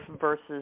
versus